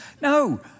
No